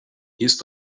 jest